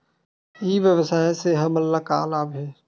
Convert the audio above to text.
ई व्यवसाय से हमन ला का लाभ हे?